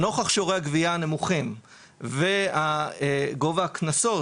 לנוכח שיעורי הגבייה הנמוכים וגובה הקנסות